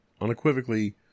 Unequivocally